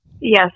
Yes